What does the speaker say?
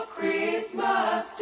Christmas